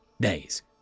Days